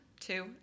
two